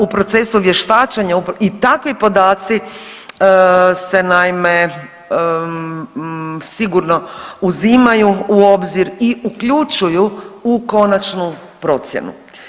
U procesu vještačenja i takvi podaci se naime sigurno uzimaju u obzir i uključuju u konačnu procjenu.